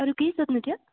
अरू केही सोध्नु थियो